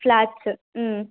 flats